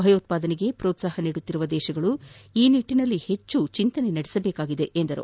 ಭಯೋತ್ವಾದನೆಗೆ ಪ್ರೋತ್ಸಾಪ ನೀಡುತ್ತಿರುವ ದೇಶಗಳು ಈ ನಿಟ್ಟನಲ್ಲಿ ಹೆಚ್ಚು ಚಿಂತನೆ ನಡೆಸಬೇಕಿದೆ ಎಂದರು